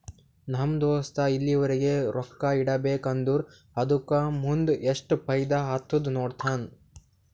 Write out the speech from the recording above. ನಮ್ ದೋಸ್ತ ಎಲ್ಲರೆ ರೊಕ್ಕಾ ಇಡಬೇಕ ಅಂದುರ್ ಅದುಕ್ಕ ಮುಂದ್ ಎಸ್ಟ್ ಫೈದಾ ಆತ್ತುದ ನೋಡ್ತಾನ್